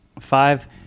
Five